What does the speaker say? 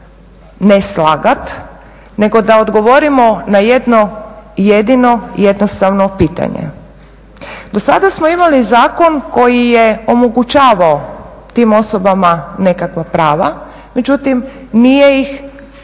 ne slagati nego da odgovorimo na jedno jedino jednostavno pitanje. Dosada smo imali zakon koji je omogućavao tim osobama nekakva prava, međutim nije ih omogućavao